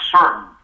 certain